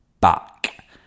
back